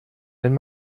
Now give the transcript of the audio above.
wenn